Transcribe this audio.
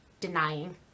denying